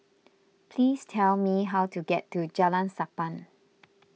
please tell me how to get to Jalan Sappan